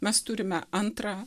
mes turime antrą